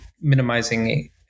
minimizing